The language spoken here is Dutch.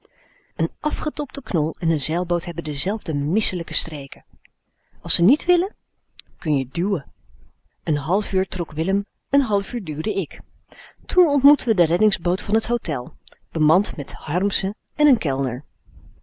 een afgetobde knol en een zeilboot hebben dezelfde misselijke streken als ze niet willen kun je duwen een half uur trok willem een half uur duwde ik toen ontmoetten we de reddingsboot van het hotel bemand met harmsen en n kellner